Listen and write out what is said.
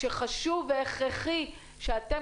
שחשוב והכרחי שאתם,